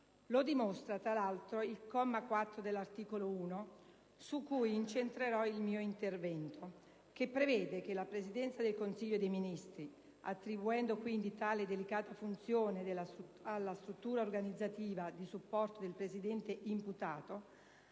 Lo dimostra, tra l'altro, il comma 4 dell'articolo 1, su cui incentrerò il mio intervento, che prevede che la Presidenza del Consiglio dei ministri (attribuendo quindi tale delicata funzione alla struttura organizzativa di supporto del Presidente-imputato)